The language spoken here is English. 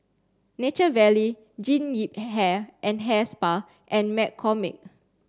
Nature Valley Jean Yip Hair and Hair Spa and McCormick